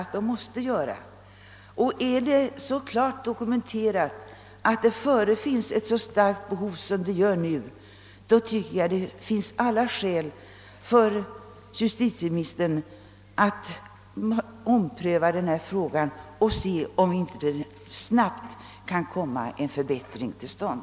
Och när behoven är så starkt dokumenterade som i detta fall anser jag att det finns allt skäl för justitieministern att ompröva hela denna fråga och undersöka om och hur en förbättring snabbt skall kunna komma till stånd.